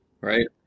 right